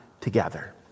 together